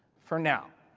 for now.